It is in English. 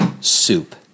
soup